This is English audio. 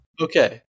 Okay